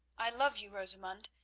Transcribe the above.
i love you, rosamund!